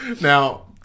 Now